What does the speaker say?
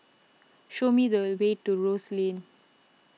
show me the way to Rose Lane